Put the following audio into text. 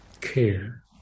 care